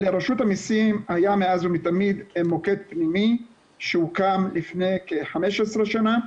לרשות המסים היה מאז ומתמיד מוקד פנימי שהוקם לפני כ-15 שנה,